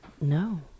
No